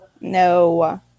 No